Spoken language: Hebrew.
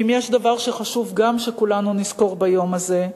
ואם יש דבר שחשוב שכולנו נזכור ביום הזה,